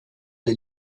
des